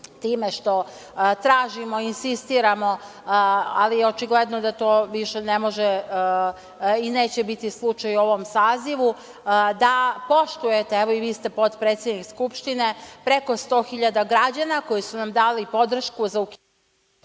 time što tražimo i insistiramo, ali je očigledno da to više ne može i neće biti slučaj u ovom sazivu, da poštujete, evo i vi ste potpredsednik Skupštine, preko 100 hiljada građana koji su nam dali podršku za …(Isključen